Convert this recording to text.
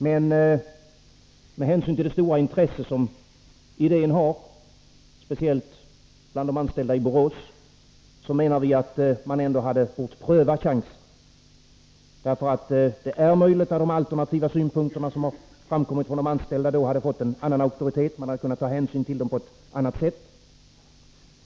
Men med hänsyn till det stora intresse som idén har, speciellt bland de anställda i Borås, menar vi att man ändå hade bort ta chansen. Det är nämligen möjligt att de alternativa synpunkterna, som har framförts av de anställda, hade fått en annan auktoritet och att man hade kunnat ta hänsyn till dem på ett annat sätt.